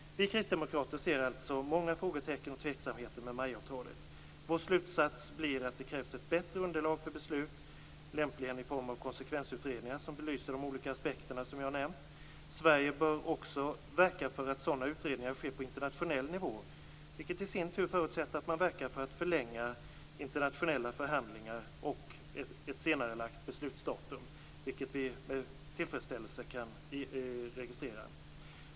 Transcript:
Vi kristdemokrater ser alltså många frågetecken och tveksamheter med MAI-avtalet. Vår slutsats blir att det krävs ett bättre underlag för beslut, lämpligen i form av konsekvensutredningar som belyser de olika aspekter som jag har nämnt. Sverige bör också verka för att sådana utredningar sker på internationell nivå, vilket i sin tur förutsätter att man verkar för att förlänga internationella förhandlingar och att man får ett senarelagt beslutsdatum, vilket vi med tillfredsställelse kan registrera.